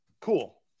cool